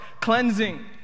cleansing